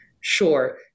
sure